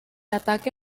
ataque